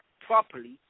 properly